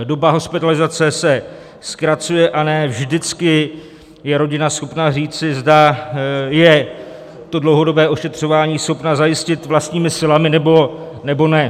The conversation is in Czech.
Doba hospitalizace se zkracuje a ne vždycky je rodina schopna říci, zda je dlouhodobé ošetřování schopna zajistit vlastními silami, nebo ne.